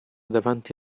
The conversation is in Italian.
davanti